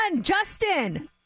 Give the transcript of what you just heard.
Justin